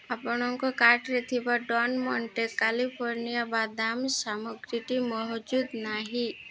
ଆପଣଙ୍କ କାର୍ଟ୍ରେ ଥିବା ଡେଲ୍ମଣ୍ଟେ କାଲିଫର୍ଣ୍ଣିଆ ବାଦାମ ସାମଗ୍ରୀଟି ମହଜୁଦ ନାହିଁ